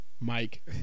Mike